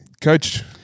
Coach